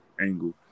angle